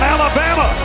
Alabama